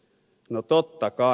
no totta kai